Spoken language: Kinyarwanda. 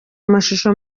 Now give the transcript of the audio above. amashusho